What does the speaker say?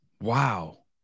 Wow